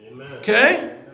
Okay